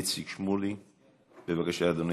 איציק שמולי, בבקשה, אדוני.